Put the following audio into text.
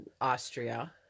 Austria